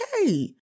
Okay